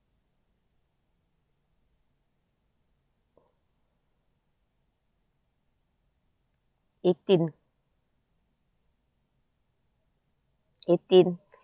eighteen eighteen